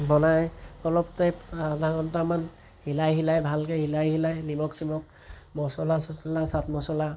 বনাই অলপ টাইম আধা ঘণ্টামান হিলাই হিলাই ভালকৈ হিলাই হিলাই নিমখ চিমখ মছলা চছলা চাট মছলা